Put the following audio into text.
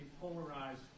polarized